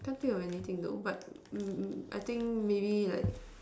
can't think of anything though but mm mm I think maybe like